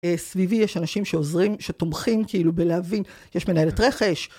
סביבי יש אנשים שעוזרים, שתומכים כאילו בלהבין, יש מנהלת רכש.